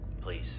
Please